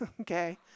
okay